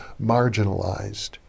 marginalized